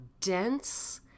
dense